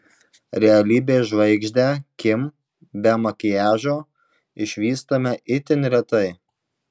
realybės žvaigždę kim be makiažo išvystame itin retai